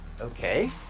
Okay